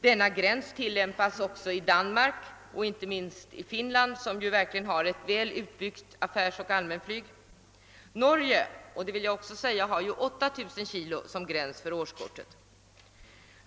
Denna gräns tillämpas också i Danmark och inte minst i Finland som verkligen har ett väl utbyggt affärsoch allmänflyg. Jag vill också framhålla att Norge har 8 000 kilo som gräns för årskortet.